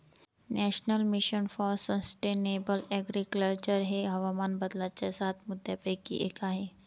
national mission for sustainable agriculture हे हवामान बदलाच्या सात मुद्यांपैकी एक आहे